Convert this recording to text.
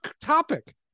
topic